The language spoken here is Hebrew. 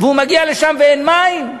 והוא מגיע לשם, ואין מים.